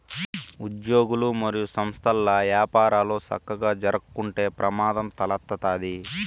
ఉజ్యోగులు, మరియు సంస్థల్ల యపారాలు సక్కగా జరక్కుంటే ప్రమాదం తలెత్తతాది